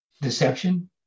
deception